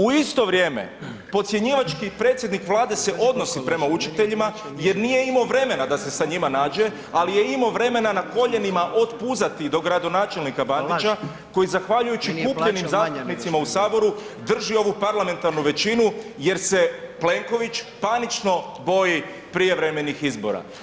U isto vrijeme podcjenjivački predsjednik Vlade se odnosi prema učiteljima jer nije imao vremena da se sa njima nađe ali je imao vremena na koljenima otpuzati do gradonačelnika Bandića koji zahvaljujući kupljenim zastupnicima u Saboru drži ovu parlamentarnu većinu jer se Plenković panično boji prijevremenih izbora.